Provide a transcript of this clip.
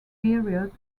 period